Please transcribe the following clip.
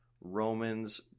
romans